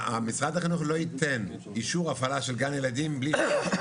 משרד החינוך לא יתן אישור הפעלה של גן ילדים בלי היתר.